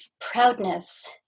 proudness